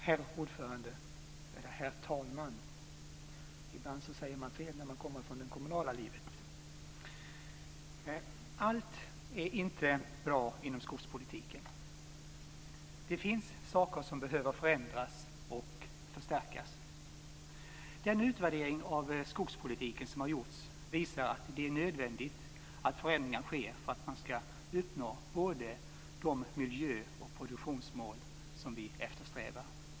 Herr talman! Allt är inte bra inom skogspolitiken. Det finns saker som behöver förändras och förstärkas. Den utvärdering av skogspolitiken som har gjorts visar att det är nödvändigt att förändringar sker för att man skall uppnå både de miljö och de produktionsmål som vi eftersträvar.